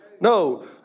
No